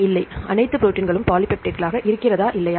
இல்லை அனைத்து ப்ரோடீன்களும் பாலிபெப்டிடேஸ்களாக இருக்கிறதா இல்லையா